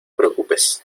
preocupes